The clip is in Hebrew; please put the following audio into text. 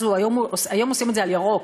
היום עושים את זה על ירוק,